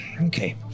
Okay